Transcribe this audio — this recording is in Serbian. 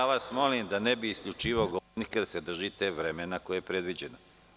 Ja vas molim, da ne bih isključivao govornike, da se držite vremena koje je predviđeno.